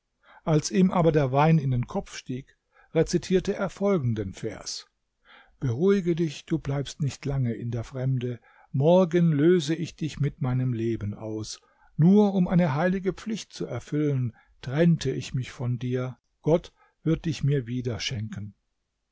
als ihm aber der wein in den kopf stieg rezitierte er folgenden vers beruhige dich du bleibst nicht lange in der fremde morgen löse ich dich mit meinem leben aus nur um eine heilige pflicht zu erfüllen trennte ich mich von dir gott wird dich mir wieder schenken